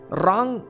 wrong